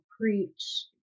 preach